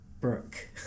Brooke